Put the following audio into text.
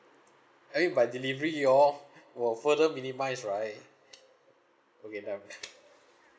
I mean by delivery you all will further minimise right okay